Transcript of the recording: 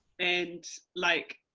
and like,